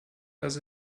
dass